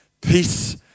Peace